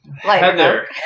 Heather